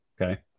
Okay